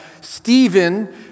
Stephen